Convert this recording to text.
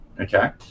okay